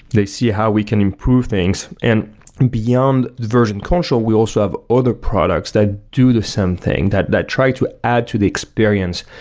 they see how we can improve things. and beyond version control, we also have other products that do the same thing, that that try to add to the experience,